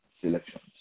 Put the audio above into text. selections